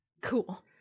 cool